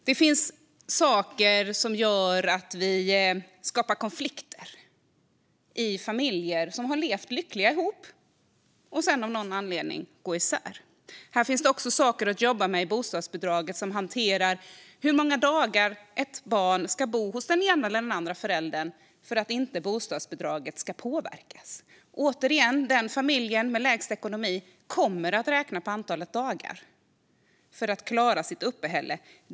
Det finns frågor som skapar konflikter i familjer som har levt lyckliga ihop så att de sedan av någon anledning går isär. Här finns saker i bostadsbidraget att hantera, till exempel hur många dagar ett barn ska bo hos den ena eller andra föräldern för att bostadsbidraget inte ska påverkas. Återigen: Familjen med de sämsta ekonomiska förutsättningarna kommer att räkna på antalet dagar för att klara sitt uppehälle.